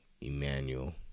Emmanuel